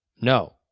No